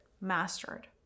mastered